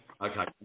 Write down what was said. okay